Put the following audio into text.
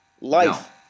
life